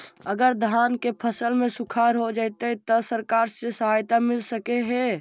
अगर धान के फ़सल में सुखाड़ होजितै त सरकार से सहायता मिल सके हे?